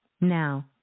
Now